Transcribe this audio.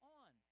on